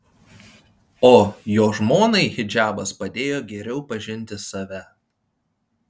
o jo žmonai hidžabas padėjo geriau pažinti save